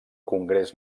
congrés